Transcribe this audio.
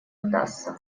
удастся